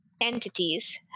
entities